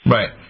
Right